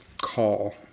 Call